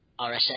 RSS